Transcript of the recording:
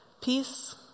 peace